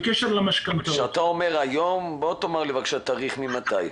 כשאתה אומר 'היום', בוא תאמר תאריך ממתי.